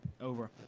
Over